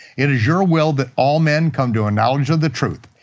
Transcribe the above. it is your will that all men come to a knowledge of the truth.